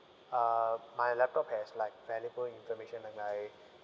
uh my laptop has like valuable information like my